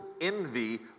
envy